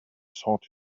sought